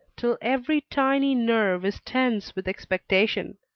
till every tiny nerve is tense with expectation.